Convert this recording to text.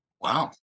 wow